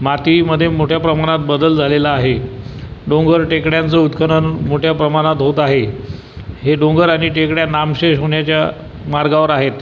मातीमध्ये मोठ्या प्रमाणात बदल झालेला आहे डोंगर टेकड्यांचं उत्खनन मोठ्या प्रमाणात होत आहे हे डोंगर आणि टेकड्या नामशेष होण्याच्या मार्गावर आहेत